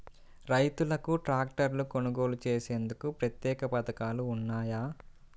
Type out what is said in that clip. రైతులకు ట్రాక్టర్లు కొనుగోలు చేసేందుకు ప్రత్యేక పథకాలు ఉన్నాయా?